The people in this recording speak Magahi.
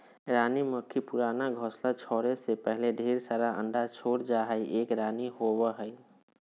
रानी मधुमक्खी पुराना घोंसला छोरै से पहले ढेर सारा अंडा छोड़ जा हई, एक रानी होवअ हई